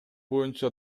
боюнча